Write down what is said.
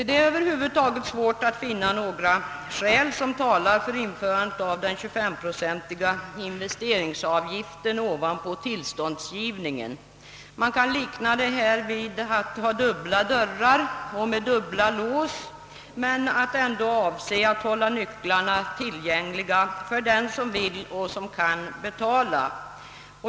Det är över huvud taget svårt att finna något skäl som talar för införandet av den 25-procentiga investeringsavgiften ovanpå tillståndsgivningen. Man kan likna detta vid att ha dubbla dörrar och dubbla lås men ändå avse att hålla nycklarna tillgängliga för den som vill och som kan betala.